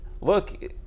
Look